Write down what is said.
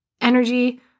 energy